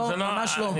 ממש לא.